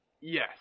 Yes